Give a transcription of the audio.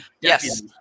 yes